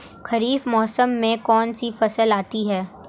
खरीफ मौसम में कौनसी फसल आती हैं?